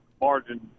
margin